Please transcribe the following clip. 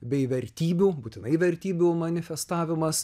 bei vertybių būtinai vertybių manifestavimas